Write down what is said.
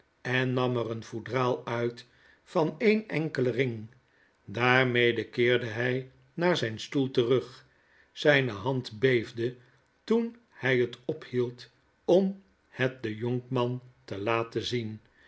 en nam er een foudraal uit van een enkelen ring daarmede keerde hij naar zijn stoel terug zijne hand beefde toen hij het ophield om net den jonkman te laten zien